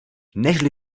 nežli